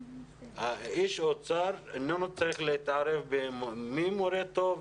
איש אוצר איננו צריך להתערב במי מורה טוב,